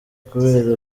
kubera